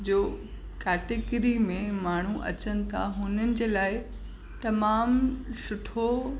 जो कैटेगिरी में माण्हू अचनि था हुननि जे लाइ तमामु सुठो